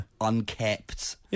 unkept